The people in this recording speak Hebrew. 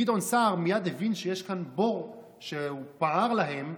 גדעון סער מייד הבין שיש כאן בור שהוא פער להם,